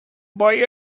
buy